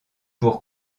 pour